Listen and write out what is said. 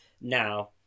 now